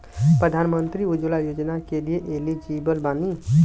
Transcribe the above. प्रधानमंत्री उज्जवला योजना के लिए एलिजिबल बानी?